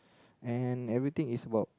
and everything is about